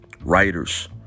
writers